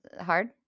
hard